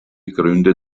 gründe